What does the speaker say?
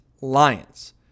Lions